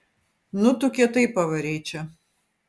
nu tu kietai pavarei čia